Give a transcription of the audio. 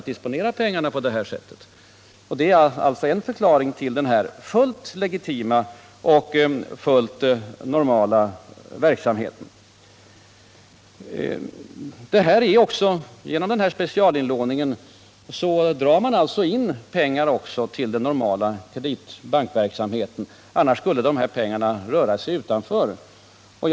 Detta är en förklaring till denna fullt legitima och normala verksamhet. Genom specialinlåning drar man in pengar till den normala bankverksamheten — annars skulle dessa pengar röra sig utanför den.